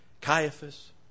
Caiaphas